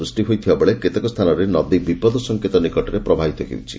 ସୂଷ୍ ହୋଇଥିବା ବେଳେ କେତେକ ସ୍ରାନରେ ନଦୀ ବିପଦ ସଂକେତ ନିକଟରେ ପ୍ରବାହିତ ହେଉଛି